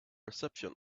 reception